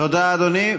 תודה, אדוני.